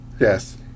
Yes